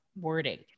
wording